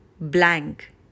blank